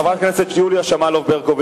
חברת הכנסת יוליה שמאלוב-ברקוביץ,